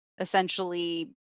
essentially